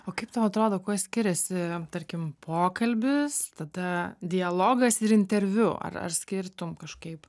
o kaip tau atrodo kuo jie skiriasi tarkim pokalbis tada dialogas ir interviu ar ar skirtum kažkaip